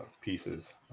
pieces